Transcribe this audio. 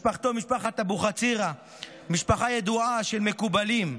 משפחתו, משפחת אבוחצירא, משפחה ידועה של מקובלים,